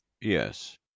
Yes